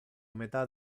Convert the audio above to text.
metà